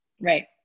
Right